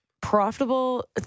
profitable